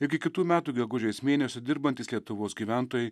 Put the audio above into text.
iki kitų metų gegužės mėnesio dirbantys lietuvos gyventojai